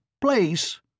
place